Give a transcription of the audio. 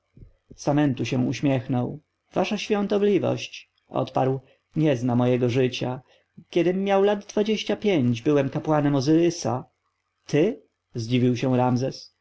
samentu się uśmiechnął wasza świątobliwość odparł nie zna mego życia kiedym miał lat dwadzieścia pięć byłem kapłanem ozyrysa ty zdziwił się ramzes